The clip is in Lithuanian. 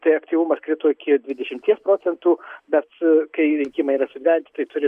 tai aktyvumas krito iki dvidešimties procentų bet kai rinkimai yra sudvejinti tai turi